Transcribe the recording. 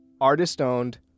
Artist-owned